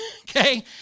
Okay